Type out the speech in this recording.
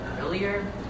earlier